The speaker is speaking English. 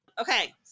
Okay